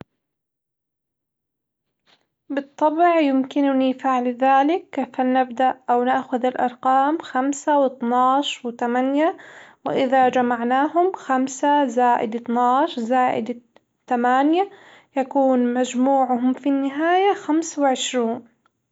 بالطبع، يمكنني فعل ذلك فلنبدأ أو نأخذ الأرقام خمسة ،واتناش، وتمانية، وإذا جمعناهم خمسة زائد اتناش زائد ات- تمانية يكون مجموعهم في النهاية خمس وعشرون.